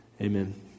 Amen